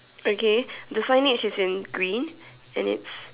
okay the signage is in green and it's